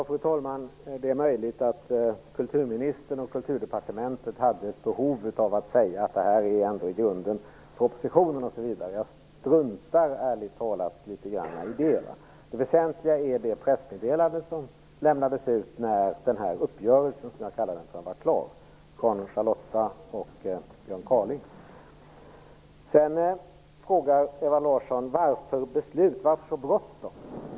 Fru talman! Det är möjligt att kulturministern och Kulturdepartementet hade ett behov av att säga att förslaget i grunden är propositionens. Jag struntar ärligt talat litet i det. Det väsentliga är det pressmeddelande som lämnades ut av Björn Kaaling och Charlotta när det jag kallar för uppgörelsen var klar. Ewa Larsson frågade varför det är så bråttom.